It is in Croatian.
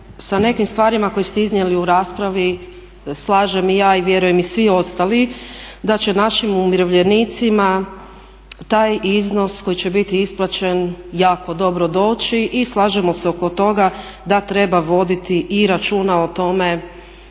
sa nekim stvarima koje ste iznijeli u raspravi slažem i ja, a vjerujem i svi ostali da će našim umirovljenicima taj iznos koji će biti isplaćen jako dobro doći. I slažemo se oko toga da treba voditi i računa o tome